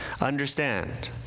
understand